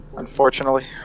Unfortunately